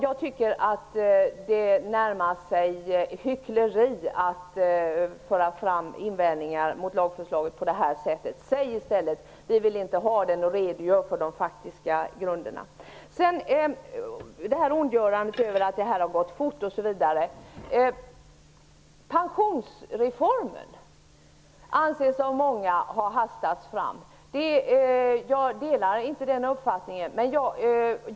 Jag tycker att det närmar sig hyckleri att på detta sätt föra fram invändningar mot lagförslaget. Säg i stället att ni inte vill ha lagen och redogör för de faktiska grunderna. Ni ondgör er över att det har gått för fort. Pensionsreformen anses av många ha hastats fram. Jag delar inte den uppfattningen.